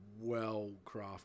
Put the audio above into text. well-crafted